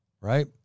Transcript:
right